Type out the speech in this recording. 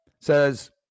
says